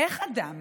איך אדם